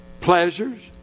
pleasures